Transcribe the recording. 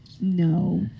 no